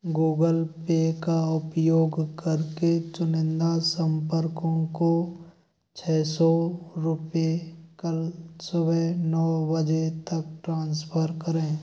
Google Pay का उपयोग करके चुनिंदा संपर्कों को छः सौ रुपये कल सुबह नौ बजे तक ट्रांसफ़र करें